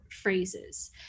phrases